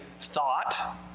thought